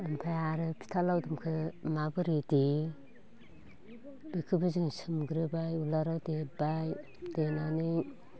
आमफाय आरो फिथा लावदुमखो माबोरै देयो बेखोबो जों सोमग्रोबाय उलाराव देबाय देनानै